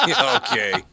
Okay